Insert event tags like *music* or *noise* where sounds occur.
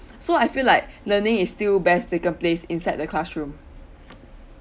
so I feel like *breath* learning is still best taken place inside the classroom